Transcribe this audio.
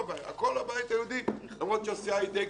הכול הבית היהודי, למרות שהסיעה היא די קטנה.